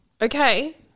Okay